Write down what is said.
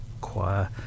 choir